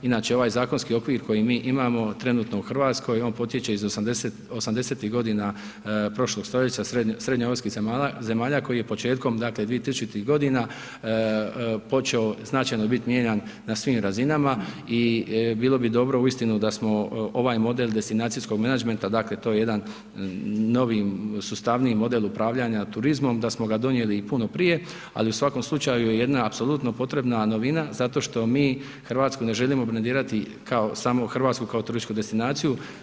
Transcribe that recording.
Inače ovaj zakonski okvir koji mi imamo trenutno u Hrvatskoj on potječe iz '80. godina prošlog stoljeća srednjoeuropskih zemalja koji je početkom dakle 2000.-tih godina počeo značajno bit mijenjan na svim razinama i bilo bi dobro uistinu da smo ovaj model destinacijskog menadžmenta dakle to je jedan novi sustavniji model upravljanja turizmom, da smo ga donijeli i puno prije, ali u svakom slučaju je jedna apsolutno potrebna novina zato što mi Hrvatsku ne želimo brendirati kao samo Hrvatsku kao turističku destinaciju.